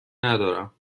ندارم